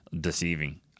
deceiving